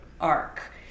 arc